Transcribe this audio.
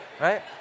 right